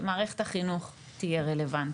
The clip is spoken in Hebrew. שמערכת החינוך תהיה רלוונטית,